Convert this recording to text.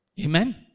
Amen